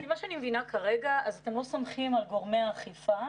לפי מה שאני מבינה כרגע אתם לא סומכים על גורמי האכיפה